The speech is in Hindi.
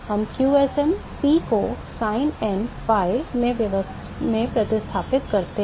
हम qsm P को sin n pi में प्रतिस्थापित करते हैं